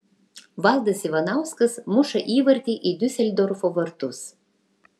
valdas ivanauskas muša įvartį į diuseldorfo vartus